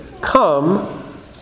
Come